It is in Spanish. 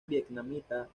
vietnamita